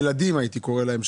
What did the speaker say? הייתי קורא להם הילדים,